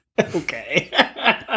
Okay